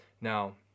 now